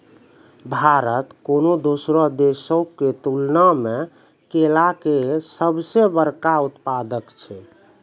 भारत कोनो दोसरो देशो के तुलना मे केला के सभ से बड़का उत्पादक छै